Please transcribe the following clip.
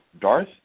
Darth